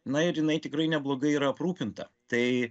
na ir jinai tikrai neblogai yra aprūpinta tai